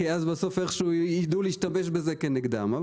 כי אז בסוף איכשהו יידעו להשתמש בזה כנגדם.